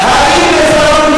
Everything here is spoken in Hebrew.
הביטחון.